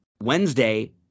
Wednesday